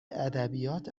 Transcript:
ادبیات